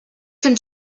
can